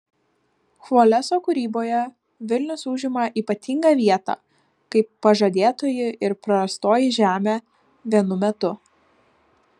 chvoleso kūryboje vilnius užima ypatingą vietą kaip pažadėtoji ir prarastoji žemė vienu metu